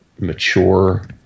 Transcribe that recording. mature